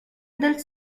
del